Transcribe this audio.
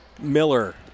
Miller